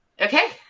Okay